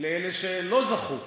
לאלה שלא זכו.